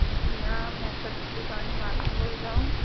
जी हाँ मैं सब दुकान वाला बोल रहा हूँ